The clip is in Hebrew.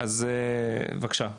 אז בבקשה,